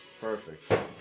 Perfect